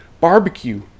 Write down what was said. barbecue